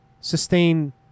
sustain